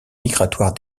migratoire